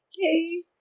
Okay